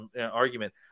argument